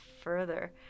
further